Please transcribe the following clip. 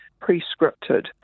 pre-scripted